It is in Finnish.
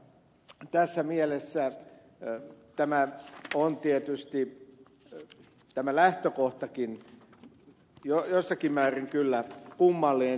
tässä mielessään täyttämään tuon tietysti se mielessä tämä lähtökohtakin on tietysti jossakin määrin kummallinen